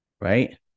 right